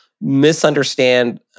misunderstand